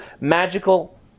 magical